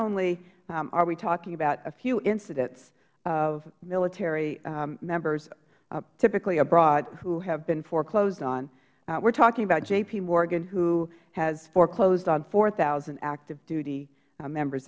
only are we talking about a few incidents of military members typically abroad who have been foreclosed on we're talking about jpmorgan who has foreclosed on four thousand active duty members